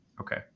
Okay